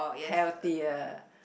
healthier